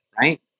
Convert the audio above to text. right